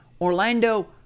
Orlando